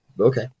Okay